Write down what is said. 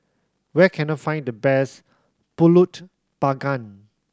where can I find the best Pulut Panggang